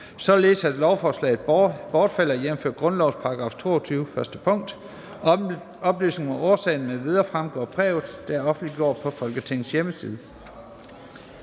således at lovforslaget bortfalder, jævnfør grundlovens § 22, 1. pkt. Oplysning om årsagen m.v. fremgår af brevet, der er offentliggjort på Folketingets hjemmeside.